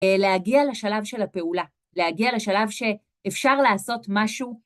להגיע לשלב של הפעולה, להגיע לשלב שאפשר לעשות משהו.